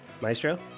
Maestro